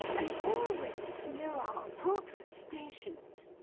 and always know our proper stations,